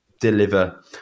deliver